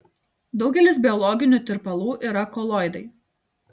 daugelis biologinių tirpalų yra koloidai